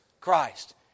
Christ